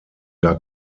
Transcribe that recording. gar